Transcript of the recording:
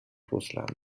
russland